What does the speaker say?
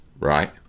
right